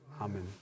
Amen